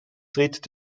tritt